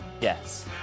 Yes